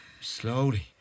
Slowly